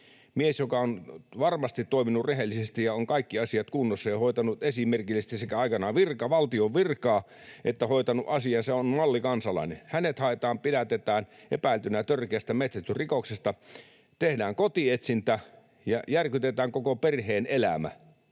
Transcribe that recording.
mies, joka on varmasti toiminut rehellisesti, jolla on kaikki asiat kunnossa ja joka on aikanaan hoitanut esimerkillisesti valtion virkaa sekä hoitanut asiansa ja on mallikansalainen. Hänet haetaan, pidätetään epäiltynä törkeästä metsästysrikoksesta, tehdään kotietsintä ja järkytetään koko perheen elämä.